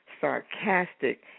Sarcastic